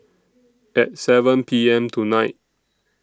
At seven P M tonight